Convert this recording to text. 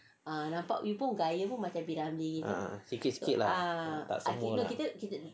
a'ah sikit-sikit lah tak semua lah